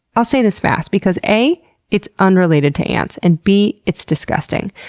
i'll say this fast because a it's unrelated to ants, and b it's disgusting.